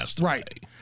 Right